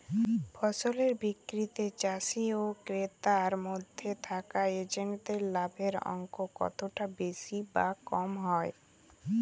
ফসলের বিক্রিতে চাষী ও ক্রেতার মধ্যে থাকা এজেন্টদের লাভের অঙ্ক কতটা বেশি বা কম হয়?